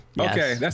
Okay